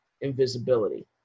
invisibility